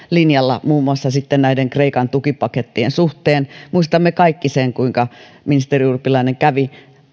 linjalla muun muassa näiden kreikan tukipakettien suhteen muistamme kaikki sen kuinka ministeri urpilainen kävi